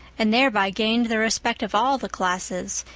and thereby gained the respect of all the classes,